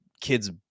kids